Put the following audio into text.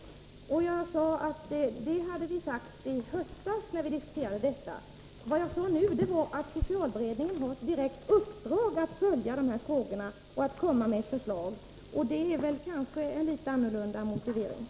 Vi hade sagt det i höstas när detta diskuterades. Vad jag sade nu var att socialberedningen har ett direkt uppdrag att följa de här frågorna och komma med ett förslag. Det är väl kanske ändå en annan motivering.